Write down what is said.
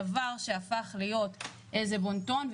דבר שהפך להיות בון-טון.